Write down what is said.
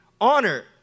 honor